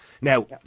now